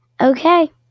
Okay